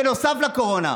בנוסף לקורונה,